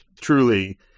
truly